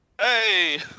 Hey